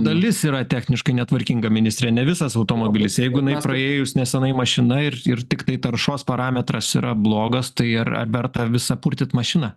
dalis yra techniškai netvarkinga ministre ne visas automobilis jeigu jinai praėjus nesenai mašina ir ir tiktai taršos parametras yra blogas tai ar verta visą purtyt mašiną